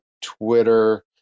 Twitter